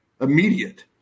immediate